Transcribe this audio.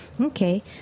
Okay